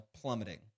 plummeting